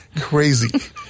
crazy